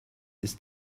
ist